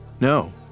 No